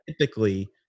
typically